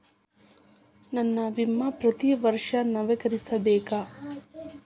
ನನ್ನ ವಿಮಾ ಪ್ರತಿ ವರ್ಷಾ ನವೇಕರಿಸಬೇಕಾ?